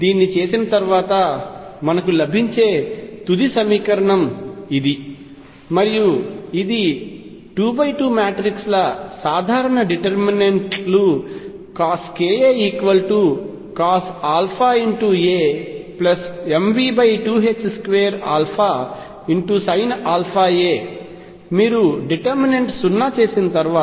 దీన్ని చేసిన తర్వాత మనకు లభించే తుది సమీకరణం ఇది మరియు ఇది రెండు 2 x 2 మాట్రిక్స్ ల సాధారణ డిటర్మినెంట్ లు CoskaCosαamV22Sinαa మీరు డిటెర్మినెంట్ 0 చేసిన తర్వాత